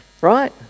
right